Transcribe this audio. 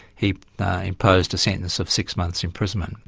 he imposed a sentence of six months imprisonment.